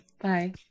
Bye